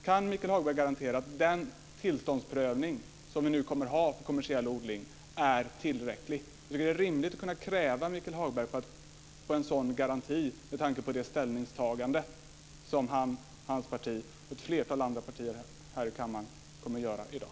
Kan Michael Hagberg garantera den tillståndsprövning som vi nu kommer att ha för kommersiell odling är tillräcklig? Det är rimligt att kunna kräva en sådan garanti, Michael Hagberg, med tanke på det ställningstagande hans parti och ett flertal andra partier här i kammaren kommer att göra i dag.